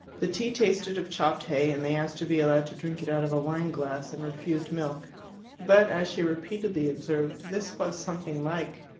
the tea tasted of chopped hay, and they asked to be allowed to drink it out of a wine-glass, and refused milk but, as she repeatedly observed, this was something like.